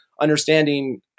understanding